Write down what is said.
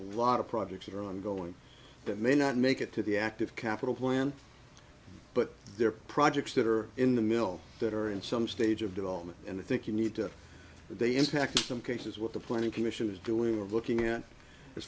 are ongoing that may not make it to the active capital plan but there are projects that are in the mill that are in some stage of development and i think you need to they impact some cases what the planning commission is doing or looking at as